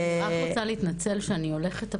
אני רק רוצה להתנצל שאני הולכת,